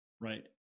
right